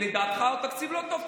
לדעתך הוא תקציב לא טוב?